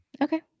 Okay